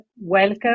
welcome